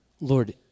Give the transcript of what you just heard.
Lord